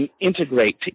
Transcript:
integrate